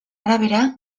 arabera